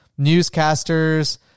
newscasters